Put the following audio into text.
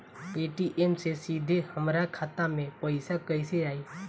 Paytm से सीधे हमरा खाता मे पईसा कइसे आई?